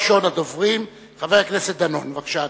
ראשון הדוברים, חבר הכנסת דנון, בבקשה,